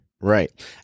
Right